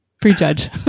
prejudge